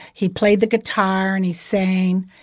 he played the guitar, and he sang.